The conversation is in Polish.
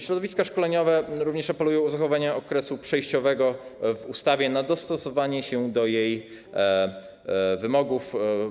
Środowiska szkoleniowe apelują również o zachowanie okresu przejściowego w ustawie na dostosowanie się do jej wymogów.